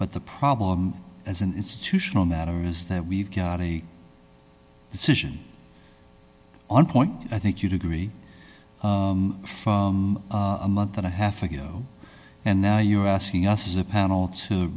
but the problem as an institutional matter is that we've got a decision on point i think you'd agree from a month and a half ago and now you're asking us is a panel to